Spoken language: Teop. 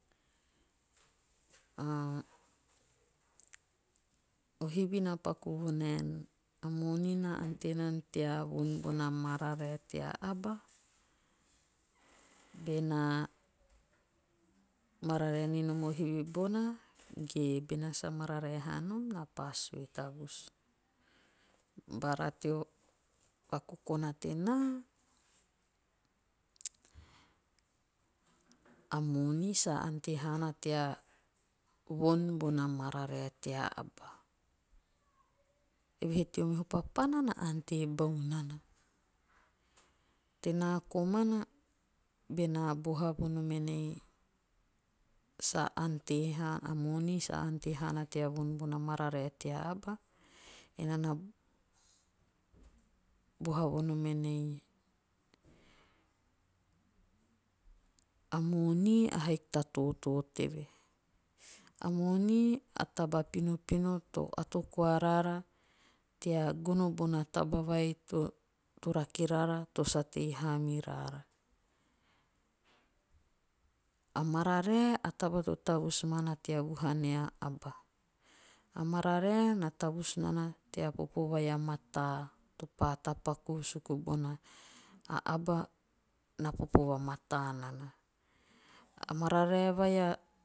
Ah. o hivi na paku vonaen. a moni na ante nana tea von bona mararae tea aba? Bena mararae ninom o hivi bona. ge bena sa mararae haanom naa pa sue tavus. Bara teo vakokona tenaa. a moni sa ante haana tea von bona mararae tea aba. Eve he teo meho papana. na ante bau nana. Tenaa komana. benaa boha vonom enei. ante sa nte haana teavon bona mararae tea aba. ena na boha vonom enei a moni a haiki ta totoo teve. A moni. a taba pinopino. to ato koa roara twa gono bona taba vai to rake roara to sa tei ha mi roara. A mararae a taba to tavus maana tea vuha nia aba. A mararae na tavus nana tea popo vai a mata. to pa tapaku'u suku bona a aba na popo va mataa nana. A mararae vai a